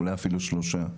אולי אפילו שלושה.